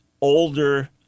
older